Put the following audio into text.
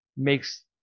makes